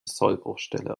sollbruchstelle